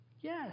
Yes